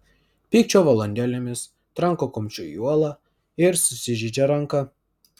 pykčio valandėlėmis tranko kumščiu į uolą ir susižeidžia ranką